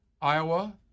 Iowa